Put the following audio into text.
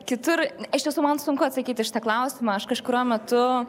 kitur iš tiesų man sunku atsakyti į šitą klausimą aš kažkuriuo metu